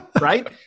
right